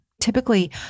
Typically